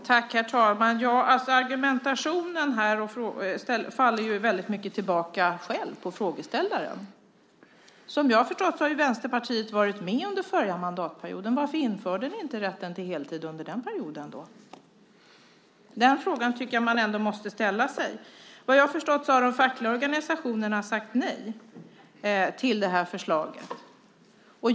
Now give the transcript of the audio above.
Herr talman! Argumentationen här faller i hög grad tillbaka på frågeställaren. Som jag har förstått det har ju Vänsterpartiet varit med under förra mandatperioden. Varför införde ni då inte rätten till heltid under den perioden? Den frågan tycker jag ändå att man måste ställa sig. Vad jag har förstått har de fackliga organisationerna sagt nej till det förslaget.